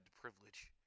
privilege